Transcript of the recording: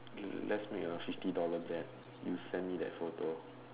hmm let's make a fifty dollar bet you sent me the photo